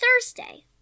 Thursday